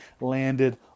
landed